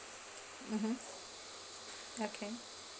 mmhmm okay